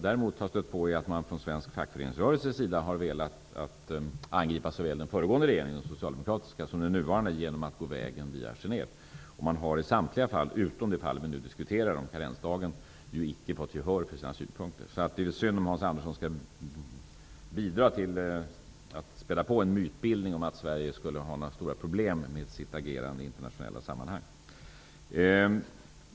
Däremot har jag stött på att man från svensk fackföreningsrörelses sida har velat angripa såväl den föregående regeringen, den socialdemokratiska, som den nuvarande genom att gå vägen via Genève. Man har i samtliga fall, utom i det fall med karensdagar som vi nu diskuterar, inte fått gehör för sina synpunkter. Det är synd om Hans Andersson skulle bidra till att späda på en mytbildning om att Sverige skulle ha stora problem med sitt agerande i internationella sammanhang.